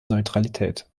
neutralität